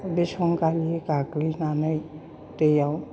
बे संगालि गाग्लिनानै दैयाव